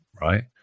right